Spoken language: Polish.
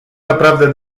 naprawdę